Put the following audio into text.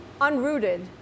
unrooted